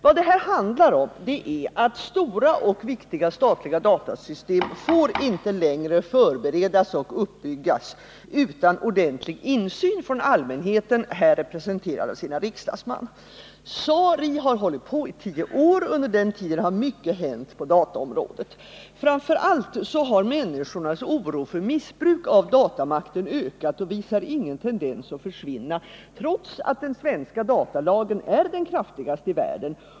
Vad det här handlar om är att stora och viktiga rättsliga datasystem inte längre får förberedas och byggas upp utan ordentlig insyn från allmänheten, här representerad av sina riksdagsmän. SARI har arbetat i tio år. Under den tiden har mycket hänt på dataområdet. Framför allt har människornas oro för missbruk av datamakten ökat och visar ingen tendens att försvinna, trots att den svenska datalagen är den kraftigaste i världen.